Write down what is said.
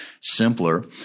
simpler